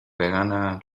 vegana